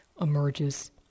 emerges